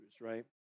right